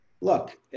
Look